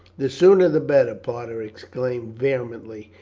the sooner the better, parta exclaimed vehemently.